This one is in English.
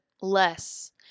less